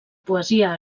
poesia